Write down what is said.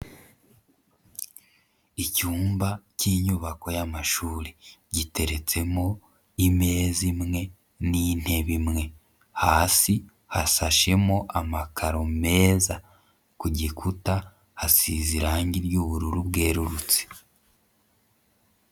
Icyumba cy'inyubako y'amashuri, giteretsemo imeza imwe n'intebe imwe, hasi hasashemo amakaro meza, ku gikuta hasize irangi ry'ubururu bwerurutse.